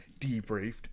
debriefed